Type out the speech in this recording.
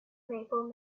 maple